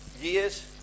years